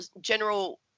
general